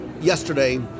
Yesterday